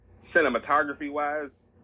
cinematography-wise